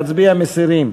משרד